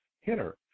hitter